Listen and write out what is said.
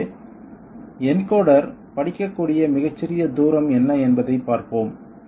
எனவே என்கோடர் படிக்கக்கூடிய மிகச்சிறிய தூரம் என்ன என்பதைப் பார்ப்போம்